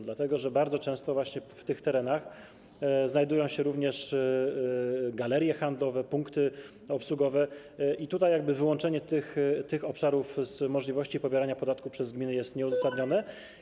Dlatego że bardzo często właśnie na tych terenach znajdują się również galerie handlowe, punkty obsługowe i wyłączenie tych obszarów z możliwości pobierania podatku przez gminy jest nieuzasadnione.